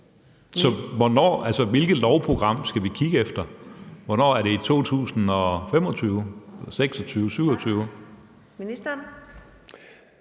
hvilket lovprogram skal vi kigge efter? Er det i 2025, i 2026